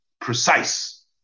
precise